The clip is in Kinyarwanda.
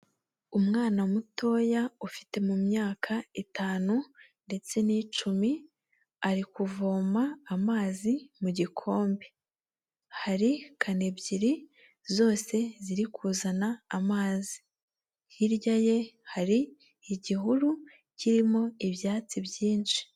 Umwana mutoya ufite mu myaka itanu ndetse n'icumi, ari kuvoma amazi mu gikombe. Hari kano ebyiri zose ziri kuzana amazi. Hirya ye hari igihuru kirimo ibyatsi byinshi.